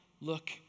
look